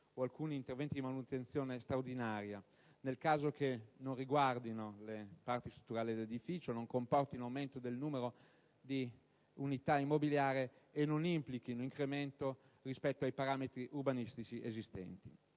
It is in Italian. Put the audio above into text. e alcuni interventi di manutenzione straordinaria, nel caso che non riguardino le parti strutturali dell'edificio, non comportino aumento del numero delle unità immobiliari e non implichino incremento rispetto ai parametri urbanistici esistenti.